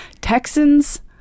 Texans